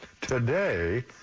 Today